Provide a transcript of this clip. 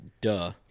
duh